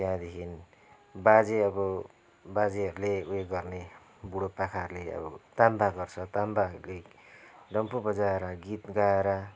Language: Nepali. त्यहाँदेखि बाजे अब बाजेहरूले उयो गर्ने बुढोपाकाहरूले अब ताम्बा गर्छ ताम्बाहरूले डम्फू बजाएर गीत गाएर